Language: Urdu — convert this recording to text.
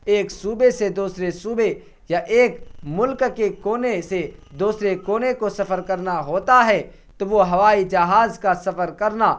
ایک صوبے سے دوسرے صوبے یا ایک ملک کے کونے سے دوسرے کونے کو سفر کرنا ہوتا ہے تو وہ ہوائی جہاز کا سفر کرنا